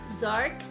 dark